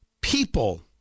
People